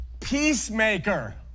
Peacemaker